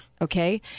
Okay